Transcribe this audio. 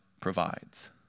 provides